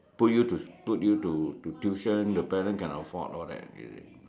put you to put you to tuition the parent can afford all that you see